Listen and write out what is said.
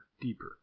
deeper